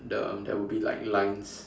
the there will be like lines